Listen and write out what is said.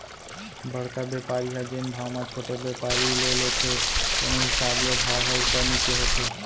बड़का बेपारी ह जेन भाव म छोटे बेपारी ले लेथे तेने हिसाब ले भाव ह उपर नीचे होथे